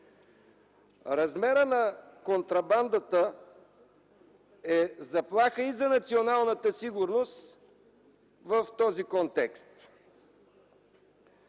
Размерът на контрабандата е заплаха и за националната сигурност в този контекст.